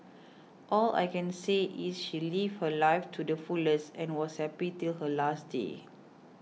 all I can say is she lived her life too the fullest and was happy till her last day